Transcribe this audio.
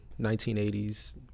1980s